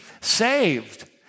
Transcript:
saved